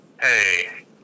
Hey